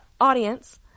Audience